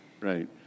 Right